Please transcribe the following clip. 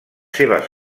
seves